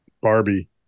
Barbie